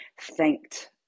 thanked